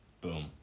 Boom